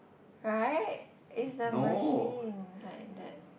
right is the machine like that